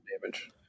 damage